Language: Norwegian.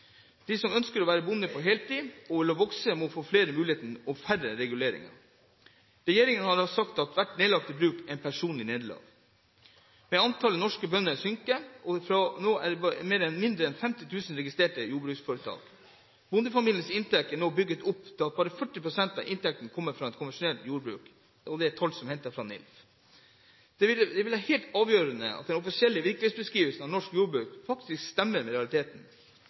De som ønsker å være bonde på heltid og vokse, må få flere muligheter og færre reguleringer. Regjeringen har sagt at hvert nedlagte bruk er et personlig nederlag. Men antallet norske bønder synker, og det er nå færre enn 50 000 registrerte jordbruksforetak. Bondefamiliens inntekt er nå bygget opp slik at bare 40 pst. av inntektene kommer fra konvensjonelt jordbruk, ifølge tall fra NILF. Det vil være helt avgjørende at den offisielle virkelighetsbeskrivelsen av norsk jordbruk faktisk stemmer med